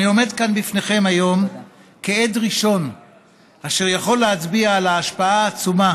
אני עומד כאן בפניכם היום כעד ראשון אשר יכול להצביע על ההשפעה העצומה